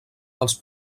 dels